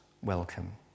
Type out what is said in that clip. welcome